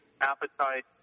appetite